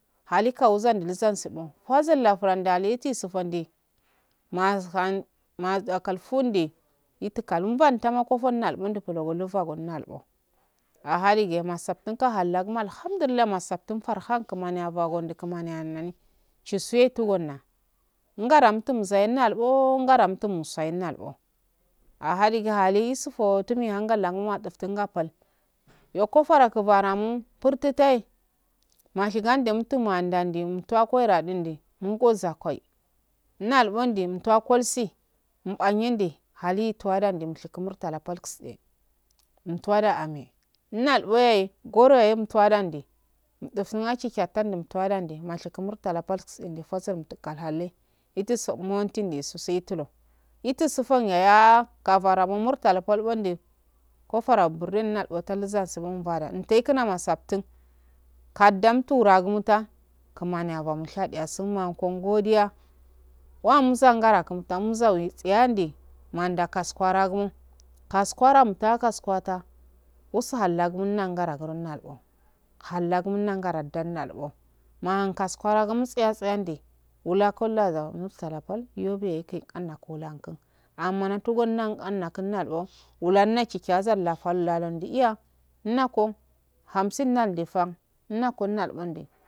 Hali kuwuzandu luzansipo fasal laflandule itisufondi mazan mazanka funde ituka lunbandama kofonal nubplogo lufandi nolgalba aha dige masaftiqa hallagumo alhamdurillahi masafin farhan kumami bagon kumami nani visuwe tugunna ngada umtumsayi nalbo ngade umtumsayi nalbo aha dige hali isufo tumi hangalahum maduftin ga pal yo kofo ankuvaramu purto toi mushi gandi mutu mo andomdi mituwa koira dumdi ngo zakwai nalpondi nal kosi mbanyen de hali tuwada demshiku murtala pal kitsende fasal muktihalande ituso manti nde tusehe tulo itusufunyahe ha kavara mu muktala pal ponde kofara burunolbo nalza sumum bada inte yikuna masaftin kaddamtu wuragunta kumaniya bamu shadiyasun makon godiya wanzangwara guno kwasram ta kaskwata usu halla gumo naugara gro nalbo hallaguma nangara dan nalbo mahan kaskaragi gum tsay-tsiyandi ula kwallade mustala pal, yobe yeke gauna ko laukun amma natogo nakana kun nalbo ulaunki ki kiyazal lafal landi iya aunak hamsin nandeani uunka nalbonde.